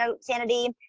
sanity